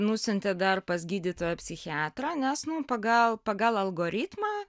nusiuntė dar pas gydytoją psichiatrą nes nu pagal pagal algoritmą